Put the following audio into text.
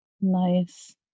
Nice